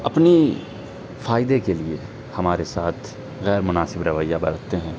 اپنی فائدے کے لیے ہمارے ساتھ غیرمناسب رویہ برتتے ہیں